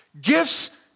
Gifts